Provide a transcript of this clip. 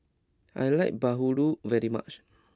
I like Bahulu very much